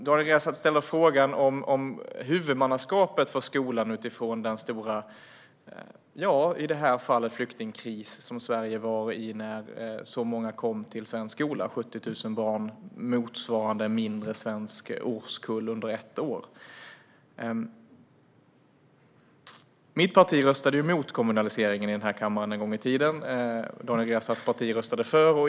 Daniel Riazat ställer frågan om huvudmannaskapet för skolan utifrån den stora i det här fallet flyktingkris som Sverige var i när så många - 70 000 barn, motsvarande en mindre svensk årskull - kom till svensk skola under ett år. Mitt parti röstade ju emot kommunaliseringen en gång i tiden. Daniel Riazats parti röstade för.